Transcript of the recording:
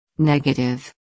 Negative